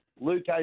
Luke